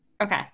Okay